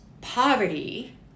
poverty